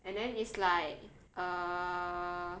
and then it's like err